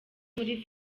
muri